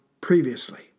previously